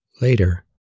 Later